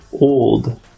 old